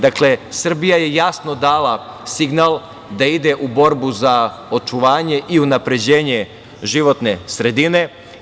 Dakle, Srbija je jasno dala signal da ide u borbu za očuvanje i unapređenje životne sredine.